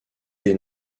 des